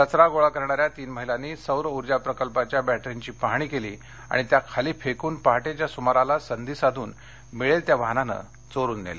कचरा गोळा करणाऱ्या तीन महिलांनी सौर ऊर्जा प्रकल्पाच्या बॅटरीची पाहणी केली आणि त्या खाली फेकून पहाटेच्या सुमारास संधी साधून मिळेल त्या वाहनाने चोरुन नेल्या